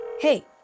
Hey